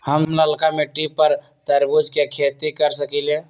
हम लालका मिट्टी पर तरबूज के खेती कर सकीले?